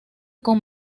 con